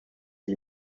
the